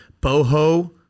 Boho